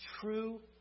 True